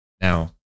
Now